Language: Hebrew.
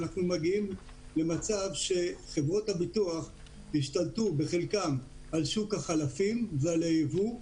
אנחנו מגיעים למצב שחברות הביטוח השתלטו בחלקן על שוק החלפים ועל היבוא,